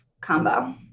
combo